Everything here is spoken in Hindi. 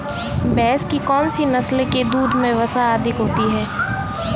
भैंस की कौनसी नस्ल के दूध में वसा अधिक होती है?